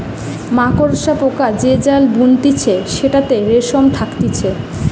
মাকড়সা পোকা যে জাল বুনতিছে সেটাতে রেশম থাকতিছে